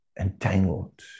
entangled